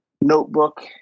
notebook